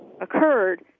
occurred